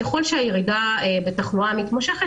ככל שהירידה בתחלואה מתמשכת,